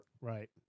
Right